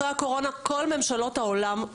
אחרי הקורונה כל ממשלות העולם,